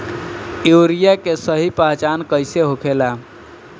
Urea के सही पहचान कईसे होखेला?